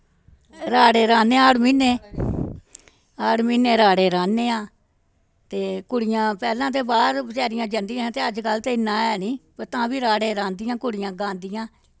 राड़े राह्न्ने आं हाड़ म्हीनै हाड़ म्हीनै राड़े राह्न्ने आं ते कुड़ियां पैह्लें ते बाह्र बचैरियां जंदियां हां ते अजकल्ल ते इन्ना है निं ब तां बी राड़े रांह्दियां कुड़ियां गांदियां